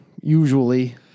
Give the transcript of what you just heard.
usually